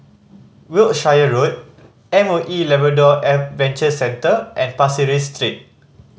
Wiltshire Road M O E Labrador Adventure Centre and Pasir Ris Street